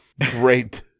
great